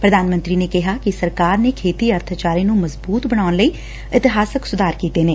ਪੁਧਾਨ ਮੰਤਰੀ ਨੇ ਕਿਹਾ ਕਿ ਸਰਕਾਰ ਨੇ ਖੇਤੀ ਅਰਥਚਾਰੇ ਨੰ ਮਜ਼ਬੂਤ ਬਣਾਉਣ ਲਈ ਇਤਿਹਾਸਕ ਸੁਧਾਰ ਕੀਤੇ ਨੇ